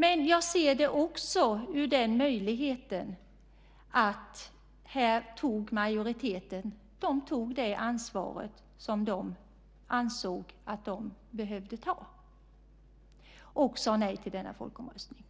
Men jag ser det också som att majoriteten tog det ansvar man tyckte var nödvändigt när man sade nej till denna folkomröstning.